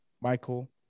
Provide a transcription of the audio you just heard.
Michael